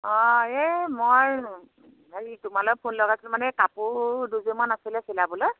অঁ এই মই হেৰি তোমালৈ ফোন লগাইছিলোঁ মানে কাপোৰ দুযোৰমান আছিলে চিলাবলৈ